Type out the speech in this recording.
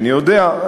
אינני יודע,